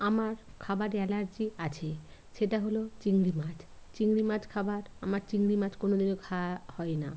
আমার খাবারে অ্যালার্জি আছে সেটা হলো চিংড়ি মাছ চিংড়ি মাছ খাবার আমার চিংড়ি মাছ কোনো দিনও খাওয়া হয় না